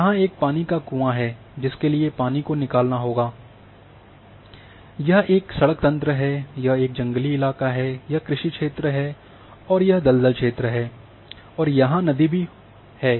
यहाँ एक पानी का कुआँ है जिसके लिए पानी को निकालना होगा यह एक सड़क तंत्र है यह एक जंगली इलाका है यह कृषि क्षेत्र हैं और यह दलदल है और यहाँ नदी भी है